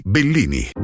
Bellini